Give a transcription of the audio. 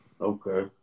Okay